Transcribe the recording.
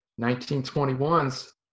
1921's